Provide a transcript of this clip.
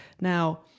Now